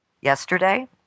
yesterday